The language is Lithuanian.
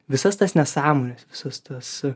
visas tas nesąmones visas tas